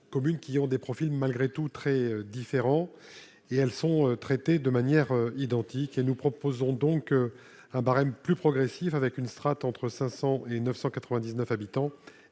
communes qui ont des profils malgré tout très différents et elles sont traités de manière identique et nous proposons donc un barème plus progressif avec une strate entre 500 et 999 habitants